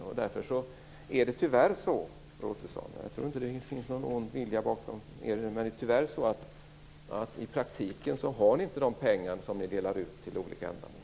Det finns nog ingen ond vilja bakom detta, Roy Ottosson, men det är tyvärr så att ni faktiskt inte har de pengar ni vill dela ut till olika ändamål.